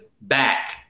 back